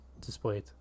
displayed